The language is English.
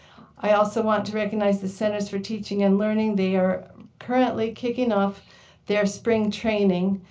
i also want to recognize the centers for teaching and learning. they are currently kicking off their spring training.